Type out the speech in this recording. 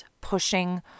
pushing